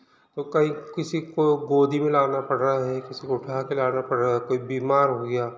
तो कई किसी को गोदी में लाना पड़ रहा है किसी को उठाकर लाना पड़ रहा है कोई बीमार हो गया